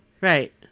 Right